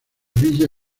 villa